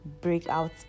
breakout